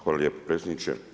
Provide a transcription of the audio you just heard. Hvala lijepo predsjedniče.